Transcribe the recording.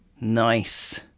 Nice